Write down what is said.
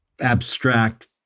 abstract